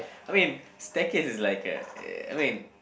I mean staircase is like a uh I mean